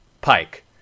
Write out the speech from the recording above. Pike